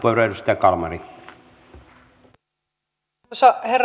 arvoisa herra puhemies